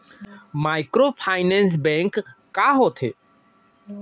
Microfinance bank का होथे?